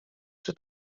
czy